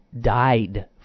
died